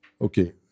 Okay